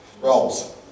Roles